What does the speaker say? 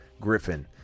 Griffin